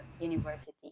university